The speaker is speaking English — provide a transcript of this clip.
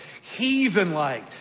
heathen-like